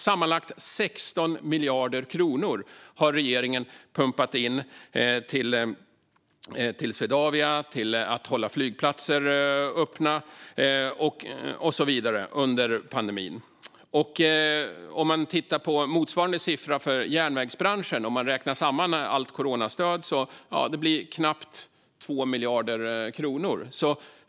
Sammanlagt 16 miljarder kronor har regeringen pumpat in till Swedavia, för att hålla flygplatser öppna och så vidare, under pandemin. Man kan titta på motsvarande siffra för järnvägsbranschen, om man räknar samman allt coronastöd. Det blir knappt 2 miljarder kronor.